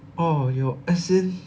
oh 有 as in